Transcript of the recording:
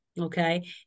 Okay